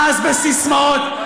מאס בסיסמאות.